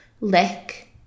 lick